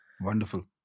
Wonderful